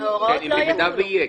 במידה ויהיה.